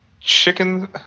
chicken